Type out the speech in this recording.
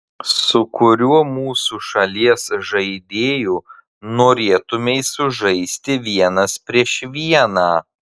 su kuriuo mūsų šalies žaidėju norėtumei sužaisti vienas prieš vieną